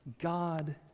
God